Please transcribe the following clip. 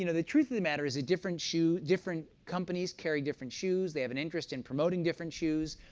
you know the truth of the matter is a different shoe, different companies carry different shoes, they have an interest in promoting different shoes.